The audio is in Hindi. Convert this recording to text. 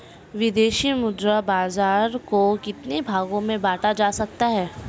विदेशी मुद्रा बाजार को कितने भागों में बांटा जा सकता है?